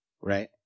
right